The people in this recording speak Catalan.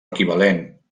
equivalent